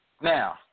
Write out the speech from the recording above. Now